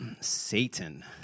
Satan